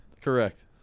Correct